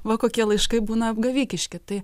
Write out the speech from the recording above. va kokie laiškai būna apgavikiški tai